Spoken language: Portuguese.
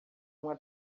uma